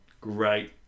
Great